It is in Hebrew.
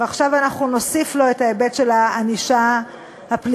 ועכשיו נוסיף לו את ההיבט של הענישה הפלילית.